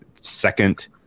second